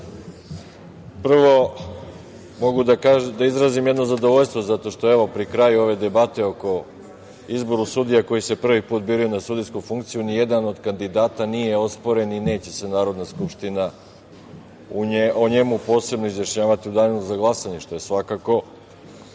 mogu da izrazim jedno zadovoljstvo zato što, evo, pri kraju ove debate oko izbora sudija koji se prvi put biraju na sudijsku funkciju, nijedan od kandidata nije osporen i neće se Narodna skupština o njemu posebno izjašnjavati u danu za glasanje, što je svakako